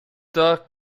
tard